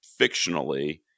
fictionally